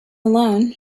alone